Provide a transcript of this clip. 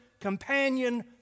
companion